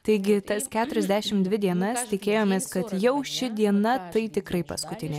taigi tas keturiasdešim dvi dienas tikėjomės kad jau ši diena tai tikrai paskutinė